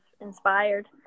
inspired